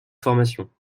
formation